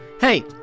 Hey